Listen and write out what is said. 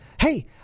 Hey